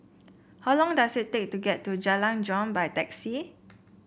how long does it take to get to Jalan Jong by taxi